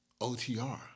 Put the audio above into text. OTR